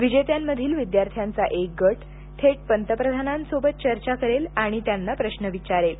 विजेत्यांमधील विद्यार्थ्यांचा एक गट थेट पंतप्रधानांसोबत चर्चा करेल आणि त्यांना प्रश्न विचारेल